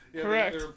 Correct